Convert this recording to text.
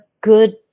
good